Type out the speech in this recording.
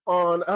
on